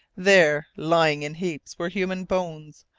there, lying in heaps, were human bones,